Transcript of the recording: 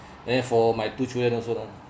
and then for my two children also lah